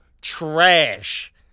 trash